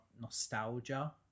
nostalgia